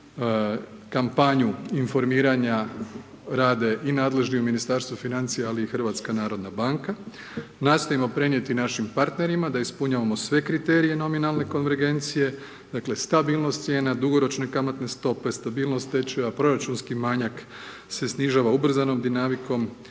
kampanja informiranja rade i nadležno Ministarstvo financija, ali i HNB, nastojimo prenijeti našim partnerima, da ispunjavamo sve kriterije nominalne konvergencije, dakle, stabilnost cijena, dugoročne kamatne stope, stabilnost tečaja, proračunski manjak se snižava ubrzanom dinamikom,